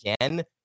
again